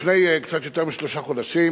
לפני קצת יותר משלושה חודשים